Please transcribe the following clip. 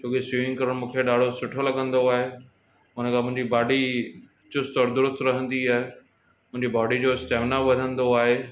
छो कि स्विमिंग करणु मूंखे ॾाढो सुठो लॻंदो आहे हुन खां मुंहिंजी बाडी चुस्त और दुरुस्त रहंदी आहे मुंहिंजी बॉडी जो स्टेमिना बि वधंदो आहे